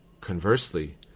Conversely